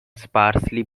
sparsely